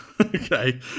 Okay